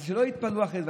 אז שלא יתפלאו אחרי זה,